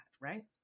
right